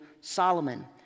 Solomon